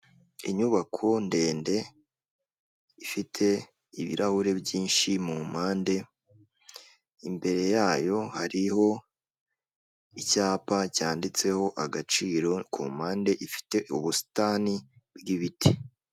Inyubako ndende ifite ibirahure byinshi mumpande imbere yayo hariho icyapa cyanditseho agaciro kumpande ifite ubusitani bw’ ibiti.